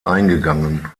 eingegangen